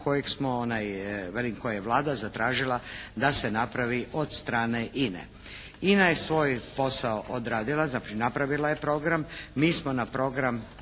koji je Vlada zatražila da se napravi od strane INA-e. INA je svoj posao odradila, napravila je program, mi smo na program